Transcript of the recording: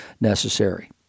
necessary